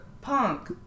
punk